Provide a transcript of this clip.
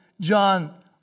John